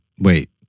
Wait